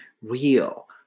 real